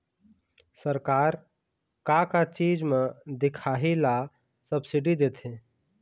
सरकार का का चीज म दिखाही ला सब्सिडी देथे?